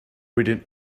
reading